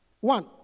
One